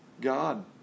God